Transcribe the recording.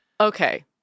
okay